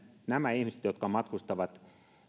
nämä ihmiset jotka matkustavat